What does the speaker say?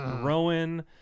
Rowan